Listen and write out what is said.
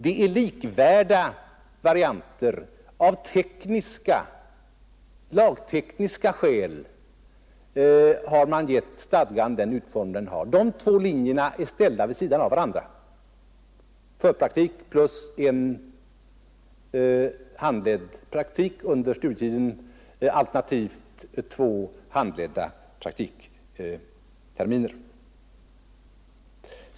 Det är likvärdiga varianter. Av lagtekniska skäl har man gett stadgan den utformning den har. De två linjerna är ställda vid sidan av varandra: förpraktik plus en handledd praktik under studietiden, alternativt två handledda praktikterminer.